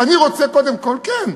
קודם כול, כן.